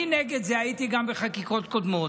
אני נגד, והייתי גם בחקיקות קודמות,